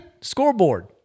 Scoreboard